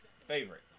favorite